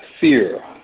fear